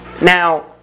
Now